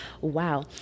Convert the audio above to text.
Wow